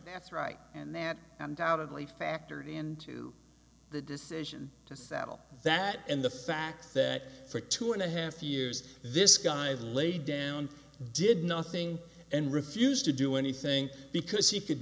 that's right and that undoubtedly factored into the decision to settle that and the fact that for two and a half years this guy's laid down did nothing and refused to do anything because he could